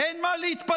אין מה להתפלא.